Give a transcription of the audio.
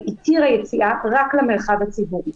התירה יציאה רק למרחב הציבורי.